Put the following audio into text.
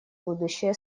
будущее